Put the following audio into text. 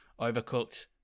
Overcooked